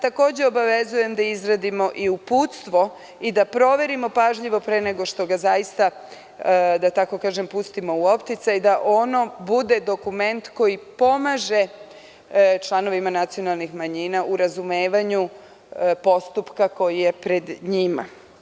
Takođe se obavezujem da izradimo i uputstvo i da proverimo pažljivo pre nego što ga pustimo u opticaj, da ono bude dokument koji pomaže članovima nacionalnih manjina u rešavanju postupka koji je pred njima.